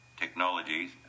technologies